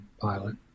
pilot